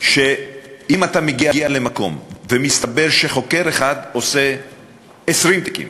שאם אתה מגיע למקום ומסתבר שחוקר אחד עושה 20 תיקים